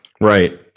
Right